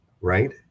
right